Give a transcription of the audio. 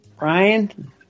Ryan